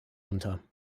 unter